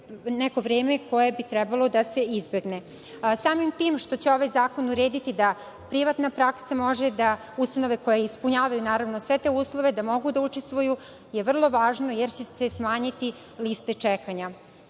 neko vreme koje bi trebalo da se izbegne. Samim tim što će ovaj zakon urediti da privatna praksa, ustanove koje naravno ispunjavaju sve te uslove, mogu da učestvuju vrlo važno je jer će se smanjiti liste čekanja. Ono